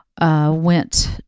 went